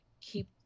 keep